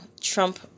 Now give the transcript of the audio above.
Trump